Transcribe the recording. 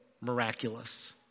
miraculous